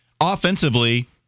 Offensively